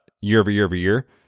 year-over-year-over-year